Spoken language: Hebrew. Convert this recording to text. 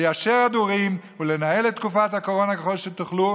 ליישר הדורים ולנהל את תקופת הקורונה ככל שתוכלו.